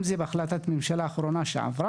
אם זה בהחלטת הממשלה האחרונה שהתקבלה